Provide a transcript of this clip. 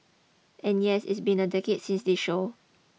and yes it's been a decade since this show